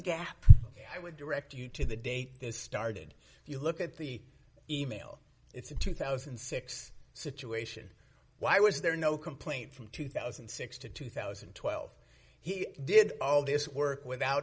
gap i would direct you to the date this started if you look at the email it's a two thousand and six situation why was there no complaint from two thousand and six to two thousand and twelve he did all this work without